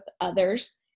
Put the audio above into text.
others